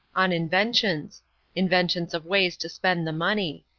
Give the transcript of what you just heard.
on inventions inventions of ways to spend the money.